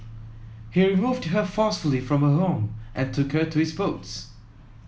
he removed her forcefully from her home and took her to his boats